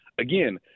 Again